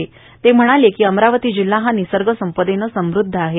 नवाल म्हणाले की अमरावती जिल्हा हा निसर्गसंपदेने समृद्ध आहे